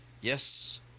Yes